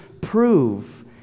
prove